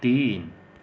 तीन